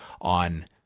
on